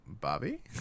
Bobby